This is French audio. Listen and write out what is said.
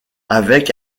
avec